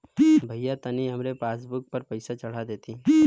भईया तनि हमरे पासबुक पर पैसा चढ़ा देती